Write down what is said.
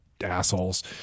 assholes